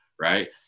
Right